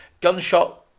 gunshot